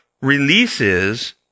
releases